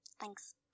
Thanks